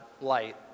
light